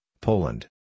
Poland